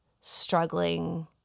struggling